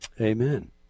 Amen